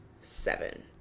seven